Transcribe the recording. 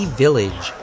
village